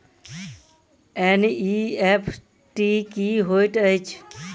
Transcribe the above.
NEFT की होइत अछि?